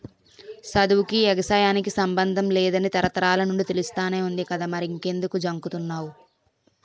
సదువుకీ, ఎగసాయానికి సమ్మందం లేదని తరతరాల నుండీ తెలుస్తానే వుంది కదా మరెంకుదు జంకుతన్నావ్